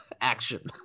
action